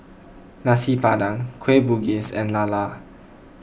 Nasi Padang Kueh Bugis and Lala